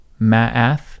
Maath